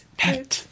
pet